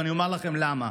ואני אומר לכם למה.